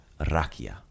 Rakia